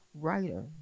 writer